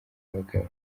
abagabo